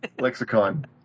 lexicon